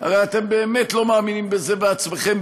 הרי אתם באמת לא מאמינים בזה בעצמכם,